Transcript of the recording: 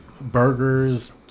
burgers